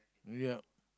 ya